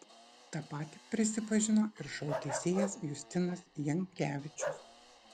tą patį prisipažino ir šou teisėjas justinas jankevičius